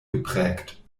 geprägt